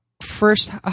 first